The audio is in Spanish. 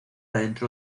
dentro